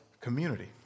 community